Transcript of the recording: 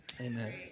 Amen